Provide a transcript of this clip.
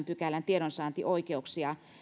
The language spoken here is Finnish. pykälän tiedonsaantioikeuksia